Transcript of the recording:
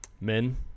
men